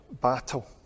battle